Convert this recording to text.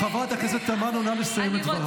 חברת הכנסת תמנו, נא לסיים את דברייך.